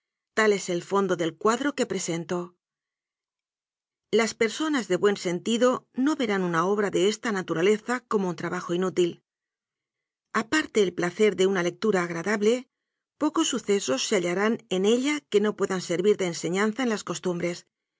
tal es el fondo del cuadro que presento las personas de buen sentido no verán una obra de esta natura leza como un trabajo inútil aparte el placer de una lectura agradable pocos sucesos se hallarán en ella que no puedan servir de enseñanza en las costumbres